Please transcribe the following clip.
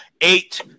eight